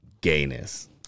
gayness